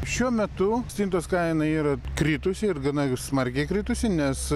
šiuo metu stintos kaina yra kritusi ir gana smarkiai kritusi nes